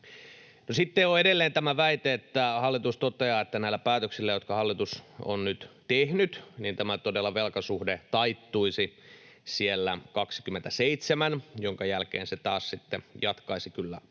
sitten on edelleen tämä väite, jossa hallitus toteaa, että näillä päätöksillä, jotka hallitus on nyt tehnyt, tämä velkasuhde todella taittuisi siellä vuonna 27, jonka jälkeen se taas sitten kyllä jatkaisi